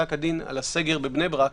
בספק הדין על הסגר בבני ברק